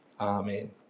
Amen